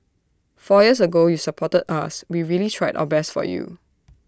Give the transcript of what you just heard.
four years ago you supported us we really tried our best for you